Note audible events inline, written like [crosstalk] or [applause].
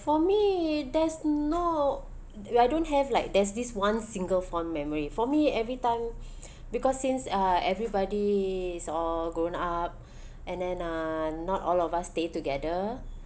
for me there's no I don't have like there's this one single fond memory for me every time [breath] because since uh everybody is all grown up [breath] and then uh not all of us stay together